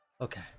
Okay